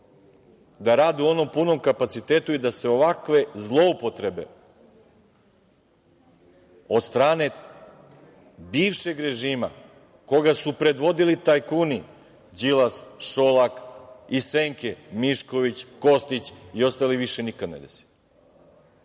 da rade u onom punom kapacitetu da se ovakve zloupotrebe od strane bivšeg režima koga su predvodili tajkuni Đilas, Šolak, iz senke Mišković, Kostić i ostali više nikad ne